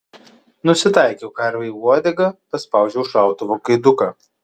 nusitaikiau karvei į uodegą paspaudžiau šautuvo gaiduką